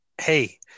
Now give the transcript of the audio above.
hey